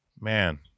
man